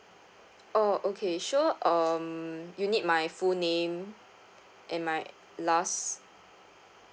oh okay sure um you need my full name and my last